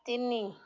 ତିନି